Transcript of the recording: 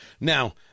Now